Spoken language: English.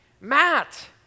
Matt